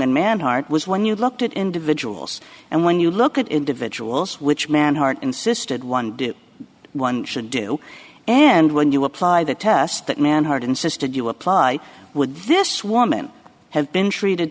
and man heart was when you looked at individuals and when you look at individuals which men heart insisted one do one should do and when you apply the test that man heart insisted you apply would this woman have been treated